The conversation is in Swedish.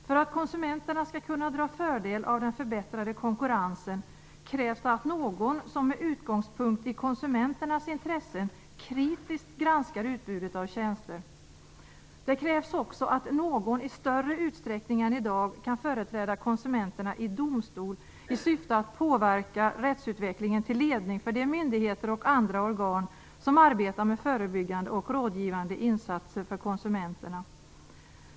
För att konsumenterna skall kunna dra fördel av den förbättrade konkurrensen krävs det att någon med utgångspunkt i konsumenternas intressen kritiskt granskar utbudet av tjänster. Det krävs också att någon i större utsträckning än i dag kan företräda konsumenterna i domstol i syfte att påverka rättsutvecklingen till ledning för de myndigheter och andra organ som arbetar med förebyggande och rådgivande insatser för konsumenterna.